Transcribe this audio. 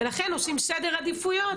ולכן עושים סדרי עדיפויות,